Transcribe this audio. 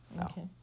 Okay